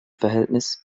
verhältnis